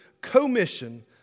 commission